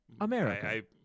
america